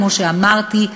כמו שאמרתי,